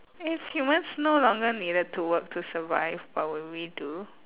if humans no longer needed to work to survive what would we do